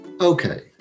Okay